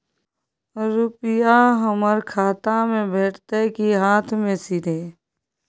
रुपिया हमर खाता में भेटतै कि हाँथ मे सीधे?